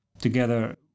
together